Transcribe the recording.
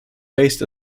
based